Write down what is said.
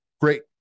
Great